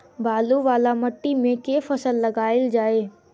बालू वला माटि मे केँ फसल लगाएल जाए?